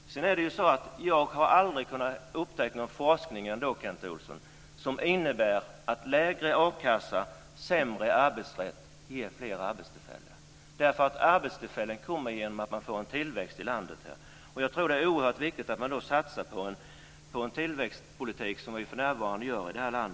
Jag har aldrig upptäckt någon forskning, Kent Olsson, som visar att lägre a-kassa och sämre arbetsrätt ger fler arbetstillfällen. Arbetstillfällen kommer genom att man får en tillväxt i landet. Jag tror att det är oerhört viktigt att man då satsar på en tillväxtpolitik, som vi för närvarande gör i detta land.